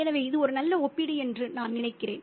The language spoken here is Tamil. எனவே இது ஒரு நல்ல ஒப்பீடு என்று நான் நினைக்கிறேன்